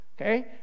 Okay